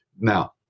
Now